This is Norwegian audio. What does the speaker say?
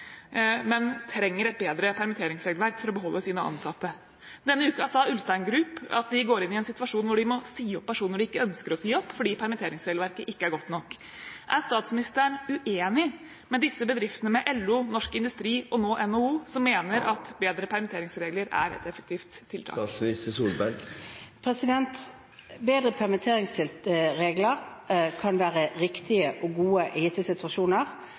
men trenger et bedre permitteringsregelverk for å beholde sine ansatte. Denne uken sa Ulstein Group at de går inn i en situasjon hvor de må si opp personer de ikke ønsker å si opp, fordi permitteringsregelverket ikke er godt nok. Er statsministeren uenig med disse bedriftene, med LO, Norsk Industri og nå NHO som mener at bedre permitteringsregler er et effektivt tiltak? Bedre permitteringsregler kan være viktige og gode